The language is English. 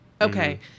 Okay